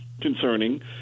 concerning